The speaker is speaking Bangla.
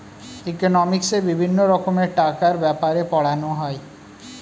ইকোনমিক্সে বিভিন্ন রকমের টাকার ব্যাপারে পড়ানো হয়